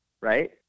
right